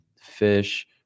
fish